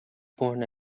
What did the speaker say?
born